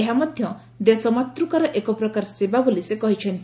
ଏହା ମଧ୍ଧ ଦେଶମାତ୍କାର ଏକ ପ୍ରକାର ସେବା ବୋଲି ସେ କହିଛନ୍ତି